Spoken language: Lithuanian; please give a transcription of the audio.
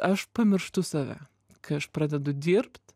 aš pamirštu save kai aš pradedu dirbt